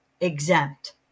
exempt